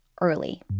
early